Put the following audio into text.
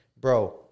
bro